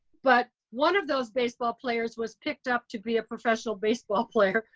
but one of those baseball players was picked up to be a professional baseball player.